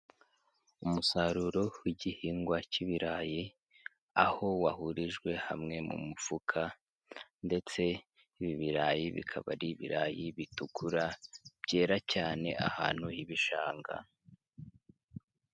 Umusaruro w'igihingwa cy'ibirayi aho wahurijwe hamwe mu mufuka ndetse ibi birayi bikaba ari ibirayi bitukura, byera cyane ahantu h'ibishanga.